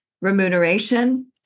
remuneration